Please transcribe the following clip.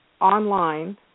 online